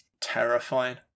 Terrifying